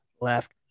left